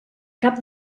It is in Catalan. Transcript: cap